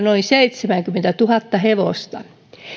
noin seitsemänkymmentätuhatta hevosta